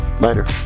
later